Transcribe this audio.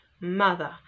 Mother